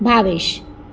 Bhavesh